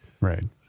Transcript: Right